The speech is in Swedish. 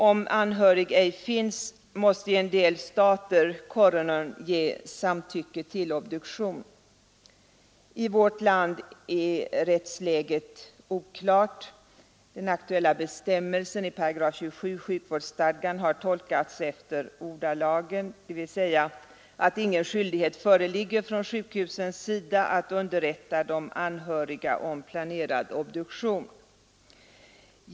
Om anhörig ej finns, måste i en del stater coronern ge samtycke till obduktion. I vårt land är rättsläget oklart. Den aktuella bestämmelsen i 27 § sjukvårdsstadgan har tolkats efter ordalagen, dvs. så att ingen skyldighet föreligger för sjukhusen att underrätta de anhöriga om planerad obduktion.